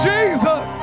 Jesus